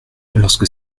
lorsque